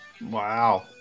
Wow